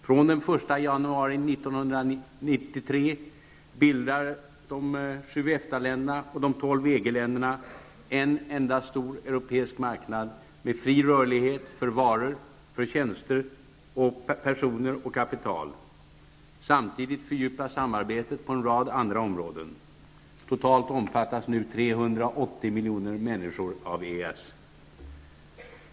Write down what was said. Från den 1 januari 1993 bildar de sju EFTA länderna och de tolv EG-länderna en enda stor europeisk marknad med fri rörlighet för varor, tjänster, kapital och personer. Samtidigt fördjupas samarbetet på en rad andra områden. Totalt omfattas nu 350 miljoner människor av EES.